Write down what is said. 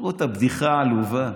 תראו את הבדיחה העלובה.